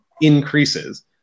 increases